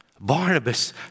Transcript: Barnabas